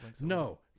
no